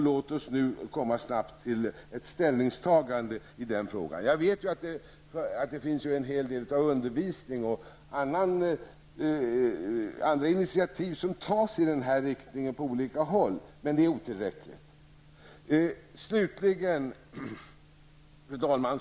Låt oss nu snabbt komma fram till ett ställningstagande i denna fråga. Jag vet att det bedrivs en hel del undervisning och att andra initiativ tas i denna riktning på olika håll. Men det är otillräckligt. Fru talman!